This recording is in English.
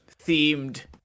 themed